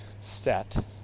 set